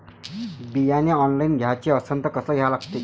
बियाने ऑनलाइन घ्याचे असन त कसं घ्या लागते?